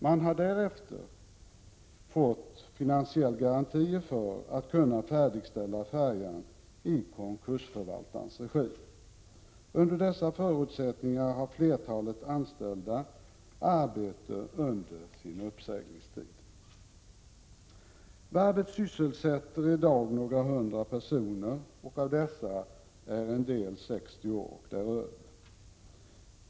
Man har därefter fått finansiella garantier för ett färdigställande av färjan i konkursförvaltarens regi. Under dessa förutsättningar har flertalet anställda arbete under sin uppsägningstid. Varvet sysselsätter i dag några hundra personer. Av dem är en del 60 år eller äldre.